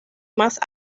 más